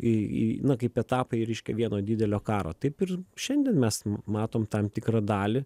į į na kaip etapai reiškia vieno didelio karo taip ir šiandien mes matom tam tikrą dalį